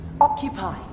occupy